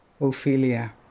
Ophelia